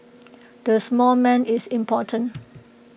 the small man is important